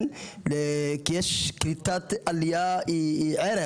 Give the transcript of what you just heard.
כי קליטת עלייה היא ערך,